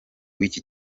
w’iki